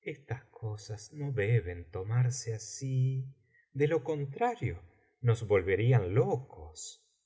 estas cosas no deben tomarse así de lo contrario nos volverían locos